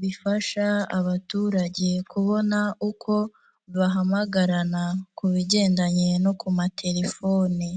bifasha abaturage kubona uko bahamagarana ku bigendanye no ku matelefone.